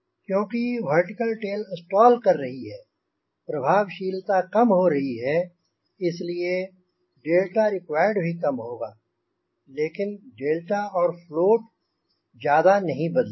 क्योंकि vertical tail stall कर रही है प्रभावशीलता कम हो रही है इसलिए डेल्टा रिक्वायर्ड भी कम होगा लेकिन डेल्टा आर फ्लोट ज्यादा नहीं बदलेगा